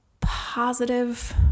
positive